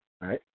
Right